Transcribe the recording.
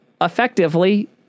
effectively